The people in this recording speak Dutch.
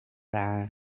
haar